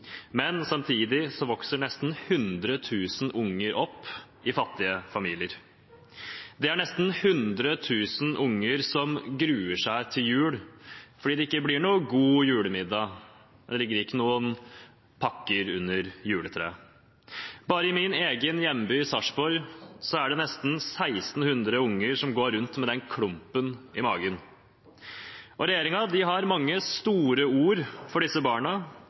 men samtidig vokser nesten hundre tusen unger opp i fattige familier. Det er nesten hundre tusen unger som gruer seg til jul fordi det ikke blir noen god julemiddag og det ikke ligger noen pakker under juletreet. Bare i min egen hjemby Sarpsborg er det nesten 1 600 unger som går rundt med den klumpen i magen. Regjeringen har mange store ord for disse barna,